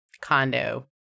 condo